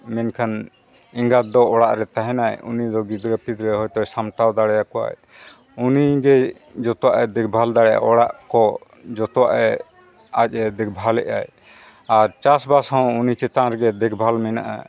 ᱢᱮᱱᱠᱷᱟᱱ ᱮᱸᱜᱟᱛ ᱫᱚ ᱚᱲᱟᱜ ᱨᱮ ᱛᱟᱦᱮᱱᱟᱭ ᱩᱱᱤ ᱫᱚ ᱦᱳᱭᱛᱚ ᱜᱤᱫᱽᱨᱟᱹ ᱯᱤᱫᱽᱨᱟᱹ ᱥᱟᱢᱴᱟᱣ ᱫᱟᱲᱮᱭᱟ ᱠᱚᱣᱟᱭ ᱩᱱᱤ ᱜᱮ ᱡᱚᱛᱚᱣᱟᱜ ᱮ ᱫᱮᱠ ᱵᱷᱟᱞ ᱫᱟᱲᱮᱭᱟᱜᱼᱟ ᱚᱲᱟᱜ ᱠᱚ ᱡᱚᱛᱚᱣᱟᱜᱮ ᱟᱡ ᱮ ᱫᱮᱠᱷ ᱵᱷᱟᱞᱮᱜᱼᱟᱭ ᱟᱨ ᱪᱟᱥᱵᱟᱥ ᱦᱚᱸ ᱩᱱᱤ ᱪᱮᱛᱟᱱ ᱨᱮᱜᱮ ᱫᱮᱠᱷ ᱵᱷᱟᱞ ᱢᱮᱱᱟᱜᱼᱟ